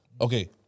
Okay